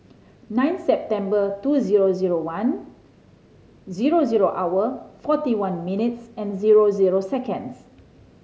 nine September two zero zero one zero zero hour forty one minutes and zero zero seconds